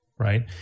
Right